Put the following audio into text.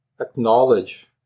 acknowledge